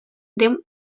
den